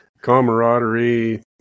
camaraderie